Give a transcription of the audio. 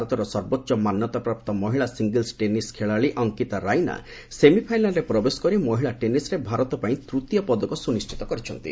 ଭାରତର ସର୍ବୋଚ୍ଚ ମାନ୍ୟତାପ୍ରାପ୍ତ ମହିଳା ସିଙ୍ଗଲ୍ୱ ଟେନିସ ଖେଳାଳି ଅଙ୍କିତା ରାଇନା ସେମିଫାଇନାଲରେ ପ୍ରବେଶ କରି ମହିଳା ଟେନିସ୍ରେ ଭାରତ ପାଇଁ ତୃତୀୟ ପଦକ ସୁନିଶ୍ଚିତ କରିଛନ୍ତି